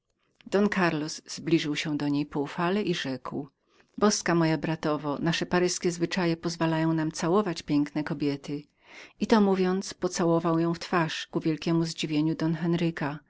karlos zbliżył się do niej poufale i rzekł boska moja bratowa zwyczaje nasze paryskie pozwalają nam całować piękne kobiety i to mówiąc pocałował ją w twarz z wielkiem podziwieniem don henryka